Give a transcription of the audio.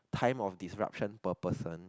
time of disruption per person